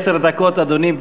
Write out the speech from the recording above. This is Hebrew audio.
עשר דקות, אדוני.